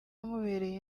yamubereye